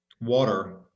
water